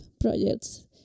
projects